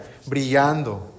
brillando